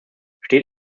steht